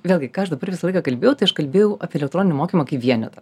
vėlgi ką aš dabar visą laiką kalbėjau tai aš kalbėjau apie elektroninį mokymą kaip vienetą